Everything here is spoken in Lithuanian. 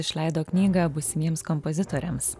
išleido knygą būsimiems kompozitoriams